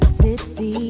tipsy